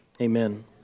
amen